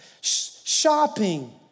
shopping